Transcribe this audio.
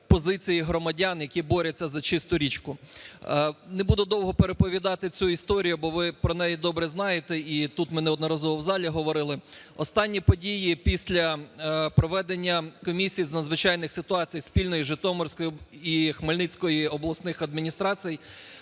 позиції громадян, які борються за чисту річку. Не буду довго переповідати цю історію, бо ви про неї добре знаєте, і тут ми неодноразово в залі говорили. Останні події після проведення комісії з надзвичайних ситуацій спільно із Житомирською і Хмельницькою обласними адміністраціями